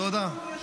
תודה.